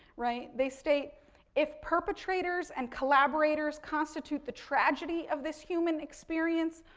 right, they state if perpetrators and collaborators constitute the tragedy of this human experience,